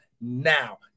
now